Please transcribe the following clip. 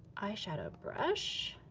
eyeshadow brush,